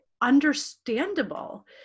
understandable